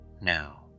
Now